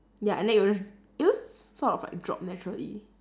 ya and then it will j~ it will sort of like drop naturally